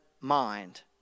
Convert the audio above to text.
mind